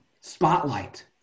spotlight